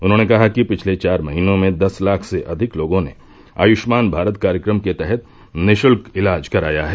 उन्होंने कहा कि पिछले चार महीनों में दस लाख से अधिक लोगों ने आयुष्मान भारत कार्यक्रम के तहत निःशुल्क इलाज कराया है